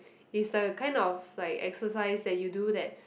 is a kind of like exercise that you do that